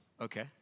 Okay